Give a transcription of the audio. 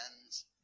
hands